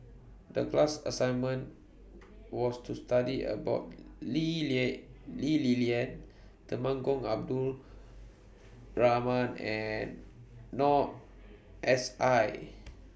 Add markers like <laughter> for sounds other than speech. The class assignment was to study about <unintelligible> Lee Li Lian Temenggong Abdul Rahman and Noor S I